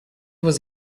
was